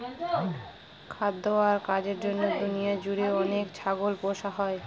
খাদ্য আর কাজের জন্য দুনিয়া জুড়ে অনেক ছাগল পোষা হয়